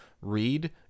read